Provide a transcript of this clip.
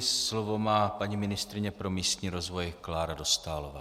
Slovo má paní ministryně pro místní rozvoj Klára Dostálová.